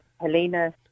Helena